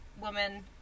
woman